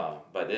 ah but then